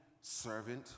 servant